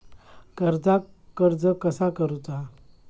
कर्जाक अर्ज कसा करुचा?